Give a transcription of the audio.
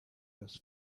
das